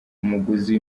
umuguzi